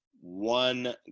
one